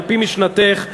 על-פי משנתך.